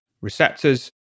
receptors